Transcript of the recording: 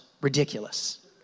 ridiculous